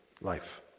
life